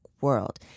world